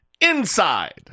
inside